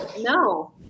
No